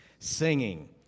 singing